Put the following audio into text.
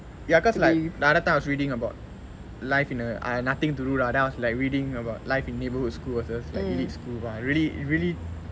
ya cause like now the other time I was reading about life you know I had nothing to do lah then I was like reading about life in neighbourhood school versus like elite school ah !wah! really really